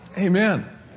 amen